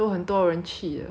ya whatever